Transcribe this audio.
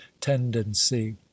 tendency